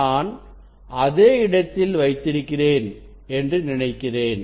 நான் அதே இடத்தில் வைத்திருக்கிறேன் என்று நினைக்கிறேன்